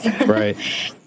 right